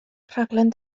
rhaglen